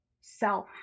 self